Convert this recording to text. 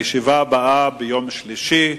הישיבה הבאה, ביום שלישי,